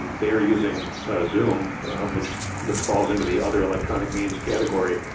they're using a zoom which which falls into the other electronic means category.